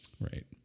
Right